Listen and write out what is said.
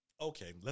Okay